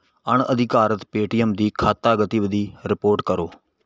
ਅਣਅਧਿਕਾਰਤ Paytm ਦੀ ਖਾਤਾ ਗਤੀਵਿਧੀ ਰਿਪੋਰਟ ਕਰੋ